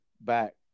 back